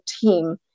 team